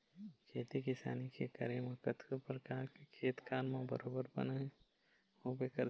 खेती किसानी के करे म कतको परकार के खेत खार म बरोबर बन होबे करथे